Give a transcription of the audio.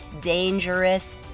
dangerous